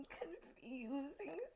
confusing